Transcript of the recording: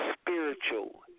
spiritual